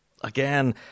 Again